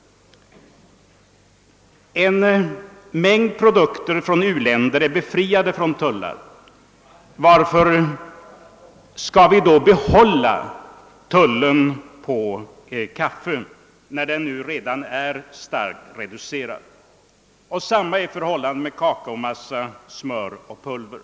En mängd produkter från u-länder är befriade från tullar. Varför skall vi då behålla tullen på kaffe, när den redan är starkt reducerad? Samma är förhållandet med kakaomassa, kakaosmör och kakaopulver.